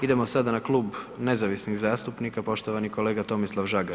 Idemo sada na Klub nezavisnih zastupnika, poštovani kolega Tomislav Žagar.